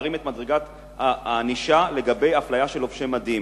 להרים את מדרגת הענישה לגבי האפליה של לובשי מדים.